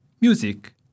music